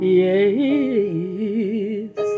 yes